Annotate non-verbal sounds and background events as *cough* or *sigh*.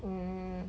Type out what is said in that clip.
*noise*